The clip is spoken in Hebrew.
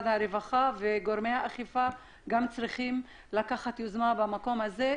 גורמי האכיפה גם צריכים לקחת יוזמה בנושא הזה,